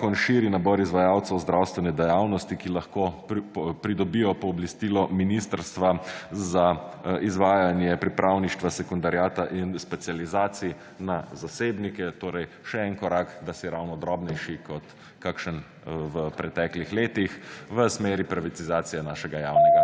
širi nabor izvajalcev zdravstvene dejavnosti, ki lahko pridobijo pooblastilo Ministrstva za izvajanje pripravništva sekundariata in specializacij na zasebnike torej še eden korak, da si ravno drobnejši kot kakšen v preteklih letih v smeri privatizacije našega javnega